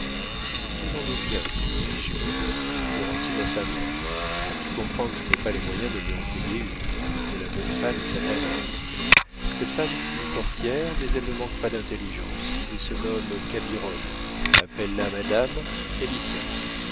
tenons-nous bien lui dit giroudeau florentine a sa mère tu comprends que je n'ai pas les moyens de lui en payer une et que la bonne femme est sa vraie mère cette femme fut portière mais elle ne manque pas d'intelligence et se nomme cabirolle appelle la madame elle y tient